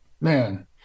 man